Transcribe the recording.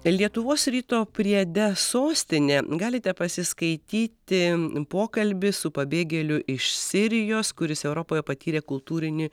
lietuvos ryto priede sostinė galite pasiskaityti pokalbį su pabėgėliu iš sirijos kuris europoje patyrė kultūrinį